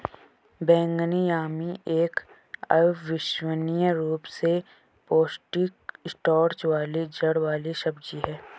बैंगनी यामी एक अविश्वसनीय रूप से पौष्टिक स्टार्च वाली जड़ वाली सब्जी है